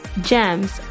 Gems